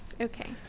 Okay